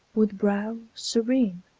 with brow serene,